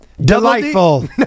Delightful